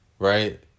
Right